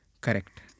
Correct